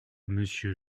monsieur